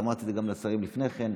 ואמרתי את זה גם לשרים לפני כן: